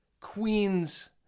Queens